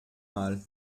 mal